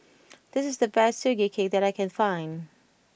this is the best Sugee Cake that I can find